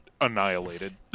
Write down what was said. annihilated